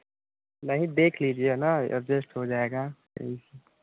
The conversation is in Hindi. नहीं देख लीजिए ना एडजस्ट हो जाएगा